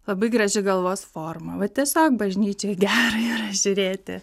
labai graži galvos forma va tiesiog bažnyčioj gera yra žiūrėti